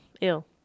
Ill